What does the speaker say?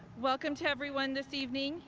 welcome to everyone this evening.